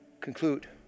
conclude